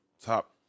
top